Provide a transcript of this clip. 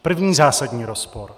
První zásadní rozpor.